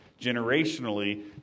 generationally